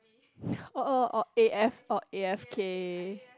or or or A_F or a_f_k